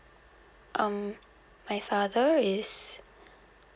um my father is